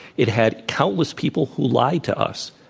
it had countless people who lied to us,